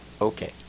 Okay